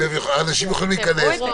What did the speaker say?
שנכנסות קפסולות, ואנשים יכולים להיכנס.